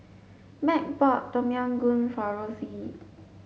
Meg bought Tom Yam Goong for Rosey